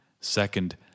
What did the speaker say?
Second